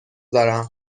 دارم